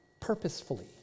purposefully